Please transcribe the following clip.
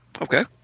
okay